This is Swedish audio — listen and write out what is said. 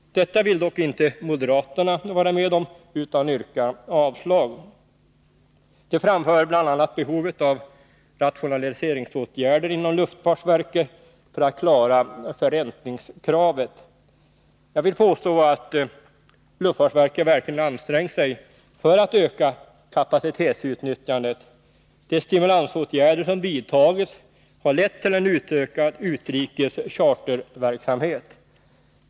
Detta vill dock inte moderaterna vara med om utan yrkar avslag. De framhåller bl.a. behovet av rationaliseringsåtgärder inom luftfartsverket för att klara förräntningskravet. Jag vill påstå att luftfartsverket verkligen ansträngt sig för att öka kapacitetsutnyttjandet. De stimulansåtgärder som vidtagits har lett till en utökad utrikes charterverksamhet.